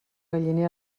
galliner